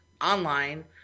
online